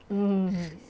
mmhmm